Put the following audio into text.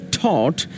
taught